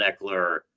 Eckler